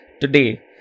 today